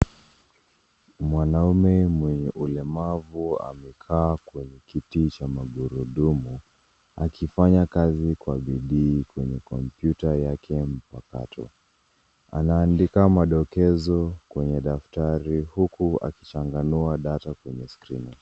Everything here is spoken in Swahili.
Mwanaume mwenye ulemavu amekaa kwenye kiti cha magurudumu akifanya kazi kwa bidii kwenye kompyuta yake mpakato. Anaandika madokezo kwenye daftari huku akichanganua data kwenye skrini.